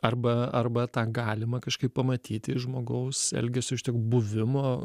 arba arba tą galima kažkaip pamatyti iš žmogaus elgesio iš tiek buvimo